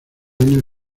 años